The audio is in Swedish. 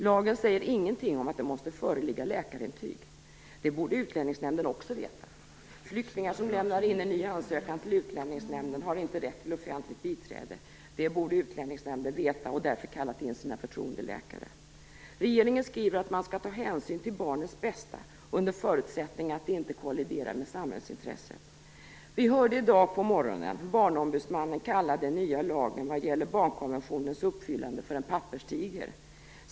Lagen säger ingenting om att det måste föreligga läkarintyg. Det borde Utlänningsnämnden också veta. Flyktingar som lämnar in ny ansökan till Utlänningsnämnden har inte rätt till offentligt biträde. Det borde Utlänningsnämnden veta och därför kallat in sina förtroendeläkare. Regeringen skriver att man skall ta hänsyn till barnets bästa under förutsättning att det inte kolliderar med samhällsintresset. Vi hörde i dag på morgonen Barnombudsmannen kalla den nya lagen vad gäller barnkonventionens uppfyllande för en papperstiger.